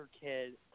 kid